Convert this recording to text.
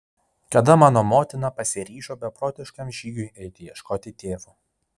kada mano motina pasiryžo beprotiškam žygiui eiti ieškoti tėvo